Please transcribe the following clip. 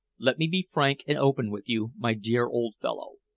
let me be frank and open with you, my dear old fellow.